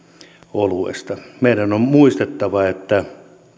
oluesta meidän on muistettava että